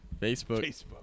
Facebook